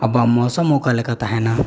ᱟᱵᱚᱣᱟᱜ ᱢᱚᱣᱥᱚᱢ ᱚᱠᱟᱞᱮᱠᱟ ᱛᱟᱦᱮᱱᱟ